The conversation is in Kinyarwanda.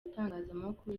itangazamakuru